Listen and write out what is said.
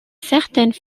certaines